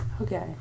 Okay